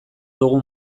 dugu